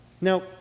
Now